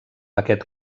aquest